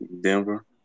Denver